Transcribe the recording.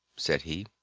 said he.